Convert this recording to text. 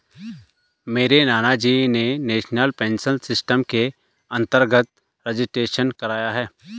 मेरे नानाजी ने नेशनल पेंशन सिस्टम के अंतर्गत रजिस्ट्रेशन कराया है